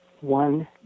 One